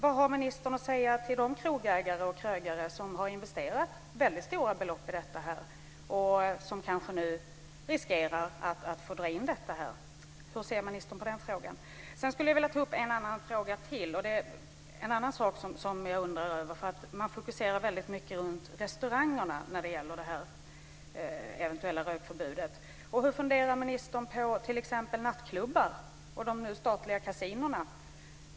Vad har ministern att säga till de krogägare och krögare som har investerat väldigt stora belopp i detta och som nu kanske riskerar att få dra in det här? Hur ser alltså ministern på den saken? Det finns en sak till som jag undrar över. Det fokuseras ju väldigt mycket på restaurangerna när det gäller ett eventuellt rökförbud. Vilka funderingar har ministern t.ex. kring nattklubbar och de nu statliga kasinona?